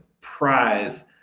prize